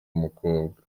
umukobwa